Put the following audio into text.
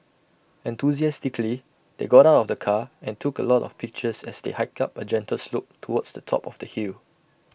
enthusiastically they got out of the car and took A lot of pictures as they hiked up A gentle slope towards the top of the hill